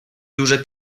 duże